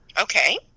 Okay